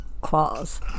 claws